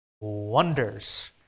wonders